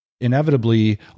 Inevitably